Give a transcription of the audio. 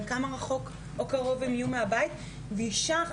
כמה רחוק או קרוב הם יהיו מהבית ואישה,